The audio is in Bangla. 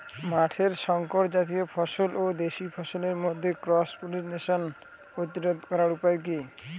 মাঠের শংকর জাতীয় ফসল ও দেশি ফসলের মধ্যে ক্রস পলিনেশন প্রতিরোধ করার উপায় কি?